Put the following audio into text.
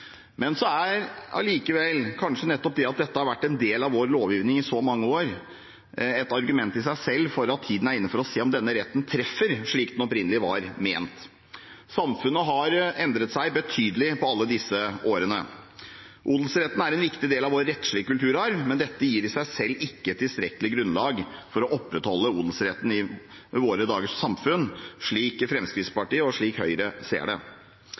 Men allikevel er kanskje nettopp det at dette har vært en del av vår lovgivning i så mange år, et argument i seg selv for at tiden er inne for å se om denne retten treffer slik den opprinnelig var ment. Samfunnet har endret seg betydelig på alle disse årene. Odelsretten er en viktig del av vår rettslige kulturarv, men dette gir i seg selv ikke tilstrekkelig grunnlag for å opprettholde odelsretten i våre dagers samfunn, slik Fremskrittspartiet og Høyre ser det.